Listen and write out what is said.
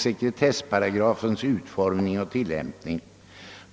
sekretessparagrafens utformning och tillämpning.